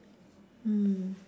hmm